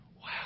Wow